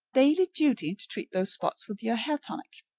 daily duty treat those spots with your hair tonic.